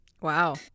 Wow